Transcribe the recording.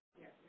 Yes